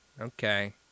okay